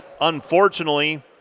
Unfortunately